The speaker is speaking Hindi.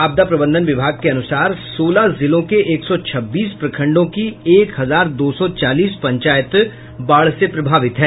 आपदा प्रबंधन विभाग के अनुसार सोलह जिलों के एक सौ छब्बीस प्रखंडों की एक हजार दो सौ चालीस पंचायत बाढ़ से प्रभावित है